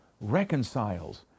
reconciles